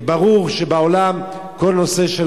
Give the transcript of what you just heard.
ברור שבעולם כל הנושא,